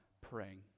praying